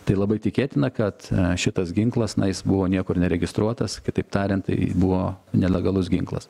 tai labai tikėtina kad šitas ginklas na jis buvo niekur neregistruotas kitaip tariant tai buvo nelegalus ginklas